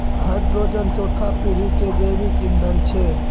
hydrogen चौथा पीढ़ी के जैविक ईंधन छै